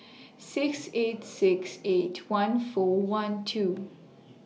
six eight six eight one four one two